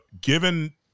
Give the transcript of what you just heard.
given